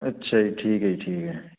ਅੱਛਾ ਜੀ ਠੀਕ ਹੈ ਜੀ ਠੀਕ ਹੈ